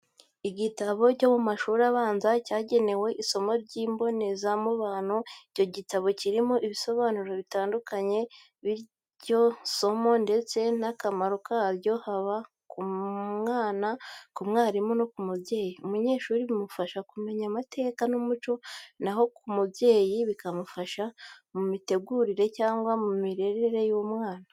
Igitabo cyo mu mashuri abanza cyagenewe isomo ry'imboneza mubano. Icyo gitabo kirimo ibisobanuro bitandukanye by'iryo somo ndetse n'akamaro karyo haba ku mwana, ku mwarimu no ku mubyeyi. Umunyeshuri bimufasha kumenya amateka n'umuco, naho ku mubyeyi bikamufasha mu mitegurire cyangwa mu mirerere y'umwana.